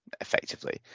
effectively